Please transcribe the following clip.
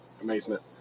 amazement